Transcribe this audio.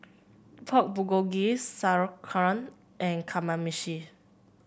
Pork Bulgogi Sauerkraut and Kamameshi